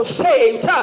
saved